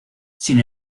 sin